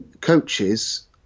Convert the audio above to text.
coaches